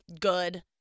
good